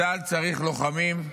צה"ל צריך לוחמים,